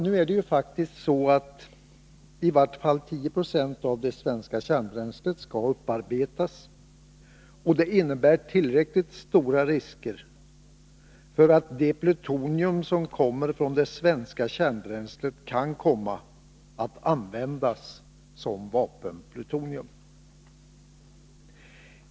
Nu är det ju faktiskt så, att i vart fall 10 26 av det svenska kärnbränslet skall upparbetas, och det innebär tillräckligt stora risker för att det plutonium som kommer från det svenska kärnbränslet kan komma att användas som vapenplutonium.